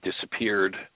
disappeared